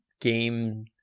game